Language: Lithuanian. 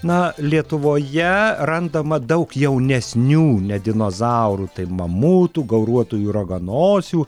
na lietuvoje randama daug jaunesnių ne dinozaurų taip mamutų gauruotųjų raganosių